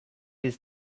his